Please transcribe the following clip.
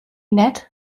net